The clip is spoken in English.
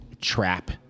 trap